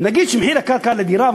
נגיד שמחיר הקרקע לדירה,